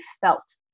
felt